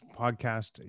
podcast